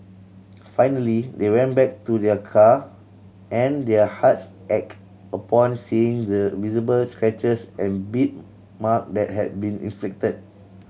finally they went back to their car and their hearts ached upon seeing the visible scratches and bit mark that had been inflicted